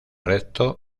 recto